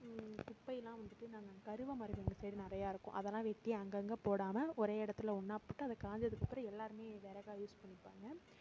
குப்பையெல்லாம் வந்துவிட்டு நாங்கள் கருவமரம் எங்கள் சைடு நிறையா இருக்கும் அதல்லாம் வெட்டி அங்கங்கே போடாமல் ஒரே இடத்துல ஒன்னாக போட்டு அது காய்ஞ்சதுக்கு அப்றம் எல்லோருமே விறகா யூஸ் பண்ணிப்பாங்க